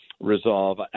resolve